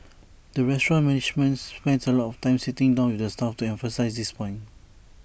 the restaurant's management spends A lot of time sitting down with the staff to emphasise this point